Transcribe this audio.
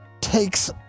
takes